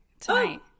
Tonight